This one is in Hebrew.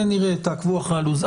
תעקבו אחרי הלו"ז.